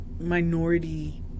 minority